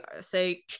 say